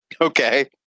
Okay